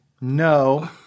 no